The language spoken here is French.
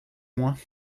moins